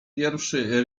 pierwszy